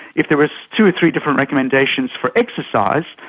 if there was two or three different recommendations for exercise,